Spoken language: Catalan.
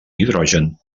hidrogen